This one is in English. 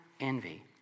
envy